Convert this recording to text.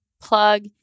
plug